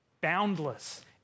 boundless